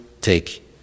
take